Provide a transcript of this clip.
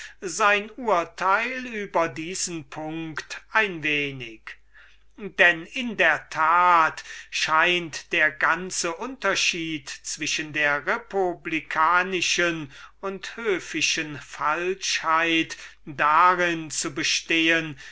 sein urteil über diesen punkt ein wenig denn in der tat scheint der ganze unterschied zwischen der republikanischen und höfischen falschheit darin zu bestehen